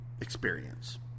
Experience